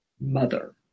mother